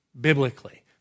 biblically